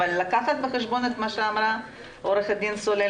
אבל לקחת בחשבון את מה שאמרה עו"ד סולל.